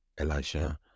Elijah